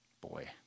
Boy